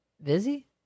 Busy